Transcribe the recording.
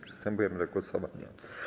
Przystępujemy do głosowania.